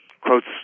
quotes